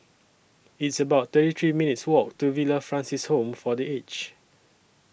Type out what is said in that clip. It's about thirty three minutes' Walk to Villa Francis Home For The Aged